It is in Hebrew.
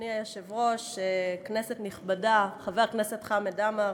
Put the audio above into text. אדוני היושב-ראש, כנסת נכבדה, חבר הכנסת חמד עמאר,